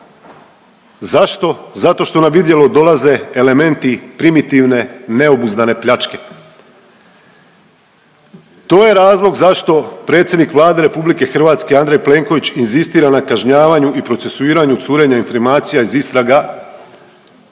Zašto? Zato što na vidjelo dolaze elementi primitivne neobuzdane pljačke. To je razlog zašto predsjednik Vlade RH Andrej Plenković inzistira na kažnjavanju i procesuiranju curenja informacija iz istraga